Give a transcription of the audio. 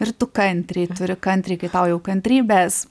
ir tu kantriai turi kantriai kai tau jau kantrybės